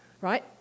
right